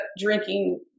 drinking